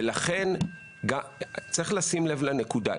לכן צריך לשים לב לנקודה,